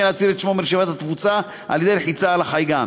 להסיר את שמו מרשימת התפוצה על-ידי לחיצה על החייגן.